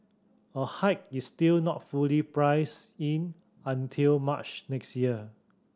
a hike is still not fully priced in until March next year